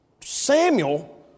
Samuel